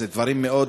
אלה דברים מאוד